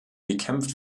gekämpft